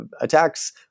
attacks